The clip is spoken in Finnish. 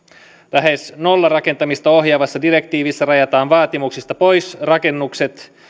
lähes nollarakentamista ohjaavassa direktiivissä rajataan vaatimuksista pois rakennukset